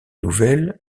nouvelles